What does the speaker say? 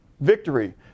victory